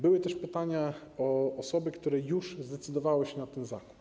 Były też pytania o osoby, które już zdecydowały się na ten zakup.